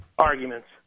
Arguments